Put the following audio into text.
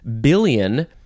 billion